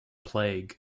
plague